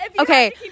Okay